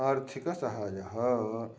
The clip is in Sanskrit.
आर्थिकसहायं